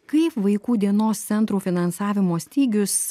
kaip vaikų dienos centrų finansavimo stygius